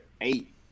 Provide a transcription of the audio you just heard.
eight